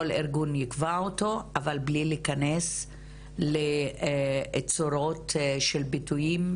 כל ארגון יקבע אותו אבל בלי להיכנס לצורות של ביטויים,